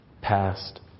Past